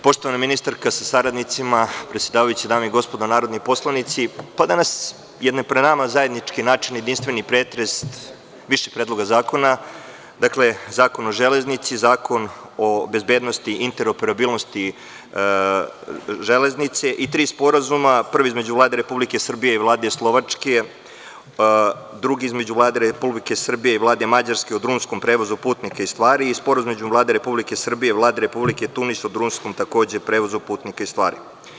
Poštovana ministarka sa saradnicima, predsedavajuća, dame i gospodo narodni poslanici, danas je pred nama zajednički načelni jedinstveni pretres više predloga zakona, dakle: Zakon o železnici, Zakon o bezbednosti i interoperabilnosti železnice i tri sporazuma – prvi između Vlade Republike Srbije i Vlade Slovačke, drugi između Vlade Republike Srbije i Vlada Mađarske o drumskom prevozu putnika i stvari i Sporazum između Vlade Republike Srbije i Vlade Republike Tunisa o drumskom takođe prevozu putnika i stvari.